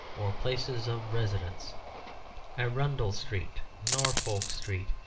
or places of residence arundel street, norfolk street,